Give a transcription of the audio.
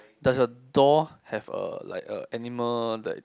does your door have a like a animal that